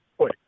Oi